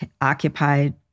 occupied